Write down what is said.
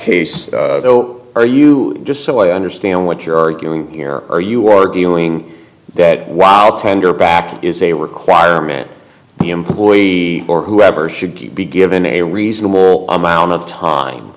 case though are you just so i understand what you're arguing here are you arguing that while the tender back is a requirement the employee or whoever should be given a reasonable amount of time